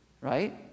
right